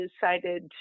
decided